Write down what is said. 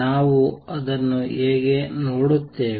ನಾವು ಅದನ್ನು ಹೇಗೆ ನೋಡುತ್ತೇವೆ